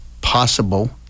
possible